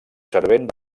servent